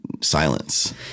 silence